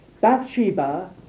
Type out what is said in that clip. Bathsheba